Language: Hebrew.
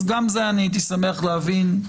גם על זה הייתי שמח להבין.